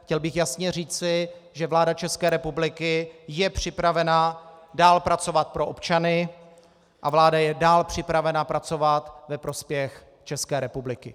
Chtěl bych jasně říci, že vláda České republiky je připravena dál pracovat pro občany a vláda je dál připravena pracovat ve prospěch České republiky.